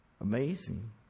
Amazing